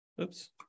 Oops